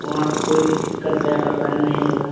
वहाँ पर कोई भी दिक्कत या परेशानी नहीं होगा